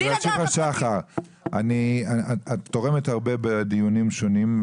את תורמת הרבה בדיונים שונים,